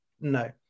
no